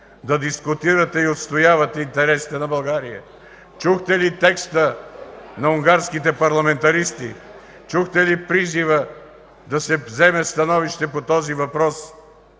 да дискутирате и отстоявате интересите на България. Чухте ли текста на унгарските парламентаристи? Чухте ли призива да се вземе становище по този въпрос?